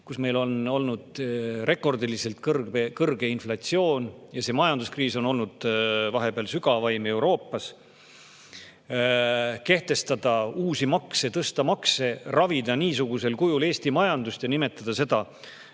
kus meil on olnud rekordiliselt kõrge inflatsioon ja majanduskriis on olnud vahepeal sügavaim Euroopas, [selles olukorras] kehtestada uusi makse, tõsta makse, ravida niisugusel kujul Eesti majandust ja nimetada seda